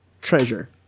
treasure